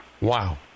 wow